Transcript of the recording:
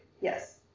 Yes